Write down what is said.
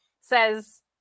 says